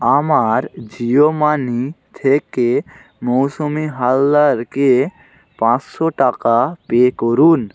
আমার জিও মানি থেকে মৌসুমি হালদারকে পাঁচশো টাকা পে করুন